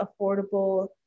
affordable